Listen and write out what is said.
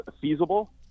feasible